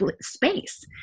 space